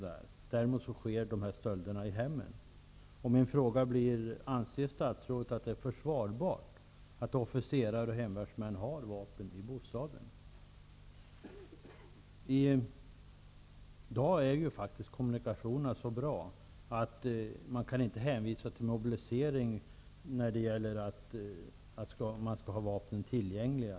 Däremot sker sådana stölder i hemmen. Min fråga blir: Anser statsrådet att det är försvarbart att officerare och hemvärnsmän har vapen i bostaden? I dag är ju faktiskt kommunikationerna så bra att man inte kan hänvisa till att man måste ha vapen tillgängliga inför en mobilisering.